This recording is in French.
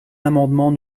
l’amendement